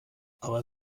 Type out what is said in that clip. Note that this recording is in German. aber